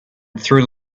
through